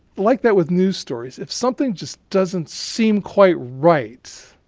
like that with news stories. if something just doesn't seem quite right,